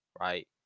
Right